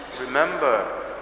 Remember